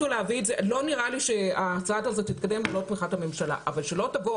לא נראה לי שההצעה הזאת תתקדם ללא תמיכת הממשלה אבל שלא תבואו